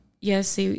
yes